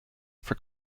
for